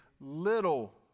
little